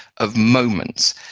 of moments.